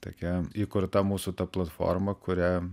tokia įkurta mūsų ta platforma kuria